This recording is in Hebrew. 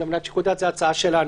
וזו הצעה שלנו,